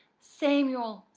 samuel,